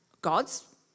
God's